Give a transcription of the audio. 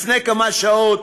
לפני כמה שעות,